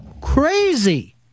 crazy